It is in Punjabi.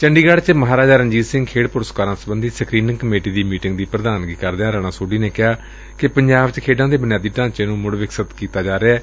ਚੰਡੀਗੜ੍ਹ ਚ ਮਹਾਰਾਜਾ ਰਣਜੀਤ ਸਿੰਘ ਖੇਡ ਪੁਰਸਕਾਰਾਂ ਸਬੰਧੀ ਸਕਰੀਨਿੰਗ ਕਮੇਟੀ ਦੀ ਮੀਟਿੰਗ ਦੀ ਪ੍ਰਧਾਨਗੀ ਕਰਦਿਆਂ ਰਾਣਾ ਸੋਢੀ ਨੇ ਕਿਹਾ ਕਿ ਪੰਜਾਬ ਚ ਖੇਡਾਂ ਦੇ ਬੂਨਿਆਦੀ ਢਾਂਚੇ ਨੂੰ ਮੁੜ ਵਿਕਸਤ ਕੀਤਾ ਜਾ ਰਿਹੈ